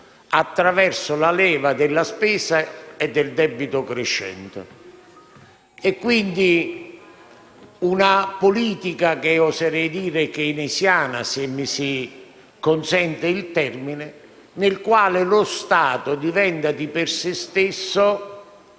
attraverso la leva della spesa e del debito crescente. È quindi una politica che oserei definire keynesiana - se mi si consente il termine - nella quale lo Stato diventa di per se stesso